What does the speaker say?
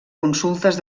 consultes